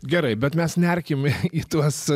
gerai bet mes nerkim į tuos